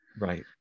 Right